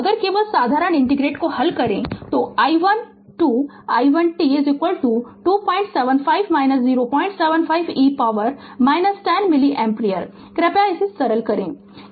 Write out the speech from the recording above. अगर केवल साधरण इंटीग्रेट को हल करेगे तो i 1 2 i 1 t 275 075 e power 10 milliampere कृपया सरल करें इसे